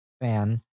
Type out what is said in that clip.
fan